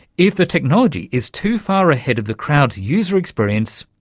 if the technology is too far ahead of the crowd's user-experience,